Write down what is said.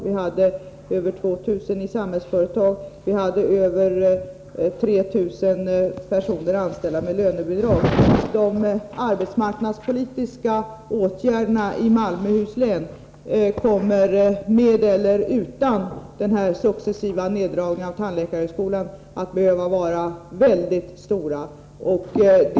Vi hade över 2 000 anställda i Samhällsföretag och över 3 000 personer anställda med lönebidrag. Med eller utan den här successiva neddragningen av tandläkarhögskolan kommer vi att behöva vidta omfattande arbetsmarknadspolitiska åtgärder i Malmöhus län.